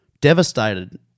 devastated